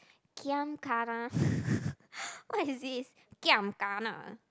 giam kana what is this giam kana